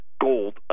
gold